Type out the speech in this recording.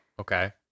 okay